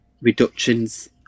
reductions